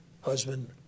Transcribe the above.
husband